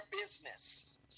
business